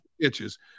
pitches